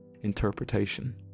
interpretation